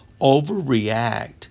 overreact